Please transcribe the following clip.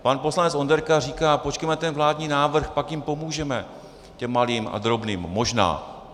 Pan poslanec Onderka říká: Počkejme na ten vládní návrh, pak jim pomůžeme, těm malým a drobným, možná.